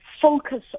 focus